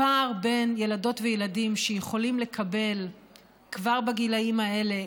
שהפער בין ילדות וילדים שכבר בגילים האלה,